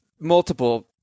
Multiple